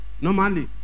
Normally